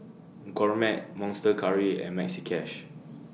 Gourmet Monster Curry and Maxi Cash